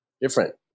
different